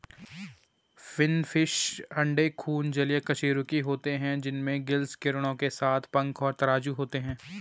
finfish ठंडे खून जलीय कशेरुकी होते हैं जिनमें गिल्स किरणों के साथ पंख और तराजू होते हैं